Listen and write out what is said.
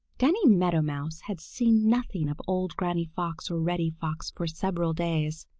danny meadow mouse had seen nothing of old granny fox or reddy fox for several days.